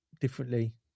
differently